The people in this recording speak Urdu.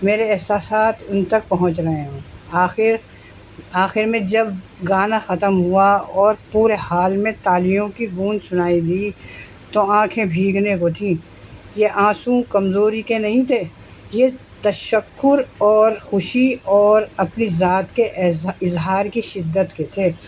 میرے احساسات ان تک پہنچ رہے ہوں آخر آخر میں جب گانا ختم ہوا اور پورے حال میں تالیوں کی گونج سنائی دی تو آنکھیں بھیگنے کو تھیں یہ آنسو کمزوری کے نہیں تھے یہ تشکر اور خوشی اور اپنی ذات کے اظہار کی شدت کے تھے